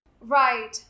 right